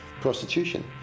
prostitution